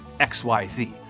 XYZ